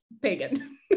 pagan